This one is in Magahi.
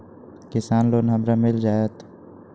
किसान लोन हमरा मिल जायत?